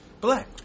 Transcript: Black